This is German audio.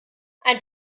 ein